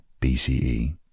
BCE